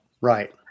Right